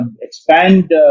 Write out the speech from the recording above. expand